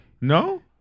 No